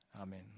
Amen